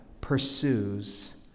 pursues